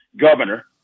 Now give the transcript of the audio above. governor